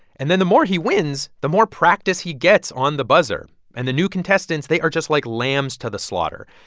and then the more he wins, the more practice he gets on the buzzer. and the new contestants they are just like lambs to the slaughter.